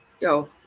Yo